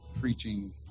preaching